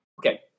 Okay